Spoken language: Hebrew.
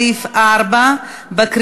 1 לסעיף 4 לא התקבלה.